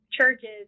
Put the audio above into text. churches